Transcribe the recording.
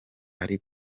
ari